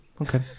okay